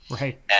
Right